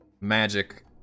magic